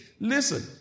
listen